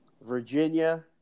Virginia